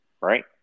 right